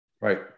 Right